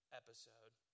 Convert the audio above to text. episode